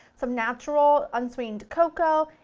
some natural unsweetened cocoa,